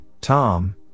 Tom